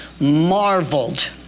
marveled